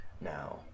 Now